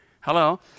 hello